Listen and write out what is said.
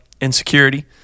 insecurity